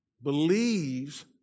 believes